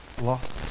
lost